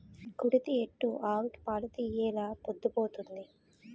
కుడితి ఎట్టు ఆవుకి పాలు తీయెలా పొద్దు పోతంది